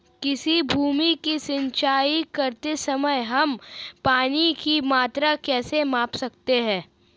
किसी भूमि की सिंचाई करते समय हम पानी की मात्रा कैसे माप सकते हैं?